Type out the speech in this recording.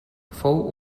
fou